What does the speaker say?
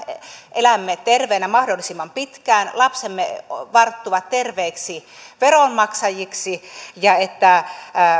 elämme terveenä mahdollisimman pitkään lapsemme varttuvat terveiksi veronmaksajiksi ja että